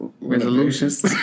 Resolutions